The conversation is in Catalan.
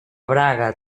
braga